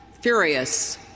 furious